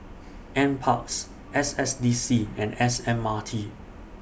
NParks S S D C and S M R T